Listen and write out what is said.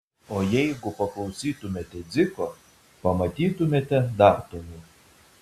o jeigu paklausytumėte dziko pamatytumėte dar toliau